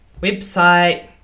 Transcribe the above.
website